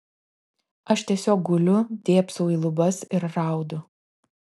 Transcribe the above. aš tiesiog guliu dėbsau į lubas ir raudu